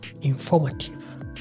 informative